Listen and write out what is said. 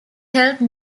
helped